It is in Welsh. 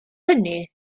hynny